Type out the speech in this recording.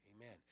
Amen